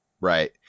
Right